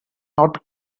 not